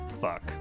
fuck